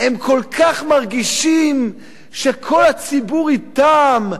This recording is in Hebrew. הם כל כך מרגישים שכל הציבור אתם,